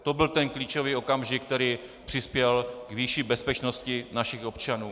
To byl ten klíčový okamžik, který přispěl k vyšší bezpečnosti našich občanů.